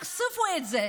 תחשפו את זה,